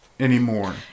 Anymore